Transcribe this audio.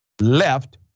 left